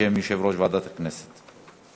בשם יושב-ראש ועדת הכנסת.